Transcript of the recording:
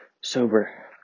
sober